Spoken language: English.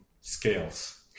scales